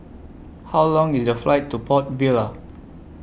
How Long IS The Flight to Port Vila